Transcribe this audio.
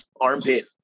Armpit